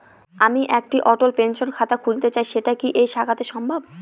আমি একটি অটল পেনশন খাতা খুলতে চাই সেটা কি এই শাখাতে সম্ভব?